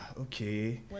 okay